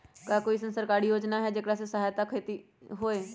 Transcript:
का कोई अईसन सरकारी योजना है जेकरा सहायता से खेती होय?